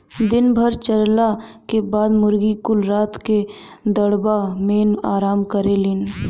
दिन भर चरला के बाद मुर्गी कुल रात क दड़बा मेन आराम करेलिन